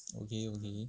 okay okay